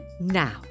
Now